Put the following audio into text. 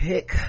Pick